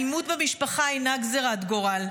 אלימות במשפחה אינה גזרת גורל,